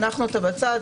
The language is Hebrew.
הנחנו אותה בצד,